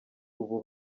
ubu